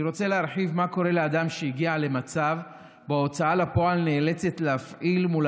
אני רוצה להרחיב מה קורה במצב שבו הוצאה לפועל נאלצת לפעול מול